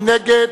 מי נגד?